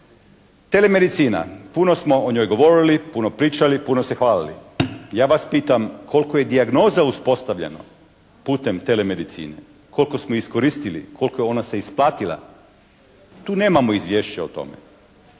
Telemedicina. Puno smo o njoj govorili, puno pričali, puno se hvalili. Ja vas pitam koliko je dijagnoza uspostavljeno putem telemedicine? Koliko smo iskoristili? Koliko je ona se isplatila? Tu nemamo izvješće o tome.